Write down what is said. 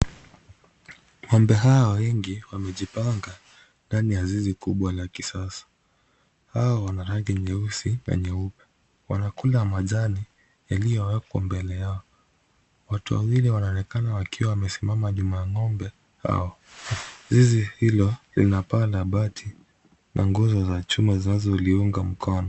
Ng'ombe hawa wengi wamejipanga ndani ya zizi kubwa la kisasa. Hao wana rangi nyeusi na nyeupe. Wanakula majani ,yaliyowekwa mbele yao. Watu wawili wanaonekana wakiwa wamesimama nyuma ya ng'ombe hao. Zizi hilo, lina paa la bati na nguzo za chuma zinazoliunga mkono.